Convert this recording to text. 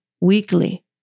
weekly